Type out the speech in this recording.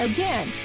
Again